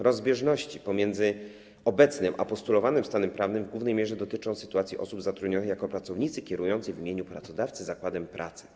Rozbieżności między obecnym a postulowanym stanem prawnym w głównej mierze dotyczą sytuacji osób zatrudnionych jako pracownicy kierujący w imieniu pracodawcy zakładem pracy.